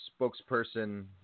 spokesperson